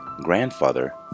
grandfather